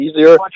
easier